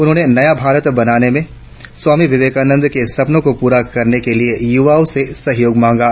उन्होंने नया भारत बनाने के स्वामी विवेकानंद के सपनों को पूरा करने के लिए युवाओं से सहयोग मांगा